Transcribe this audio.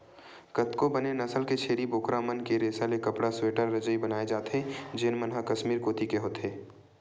कतको बने नसल के छेरी बोकरा मन के रेसा ले कपड़ा, स्वेटर, रजई बनाए जाथे जेन मन ह कस्मीर कोती के होथे